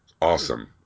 awesome